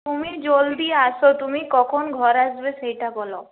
তুমি জলদি আসো তুমি কখন ঘর আসবে সেইটা বলো